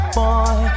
boy